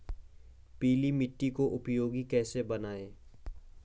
पीली मिट्टी को उपयोगी कैसे बनाएँ?